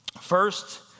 First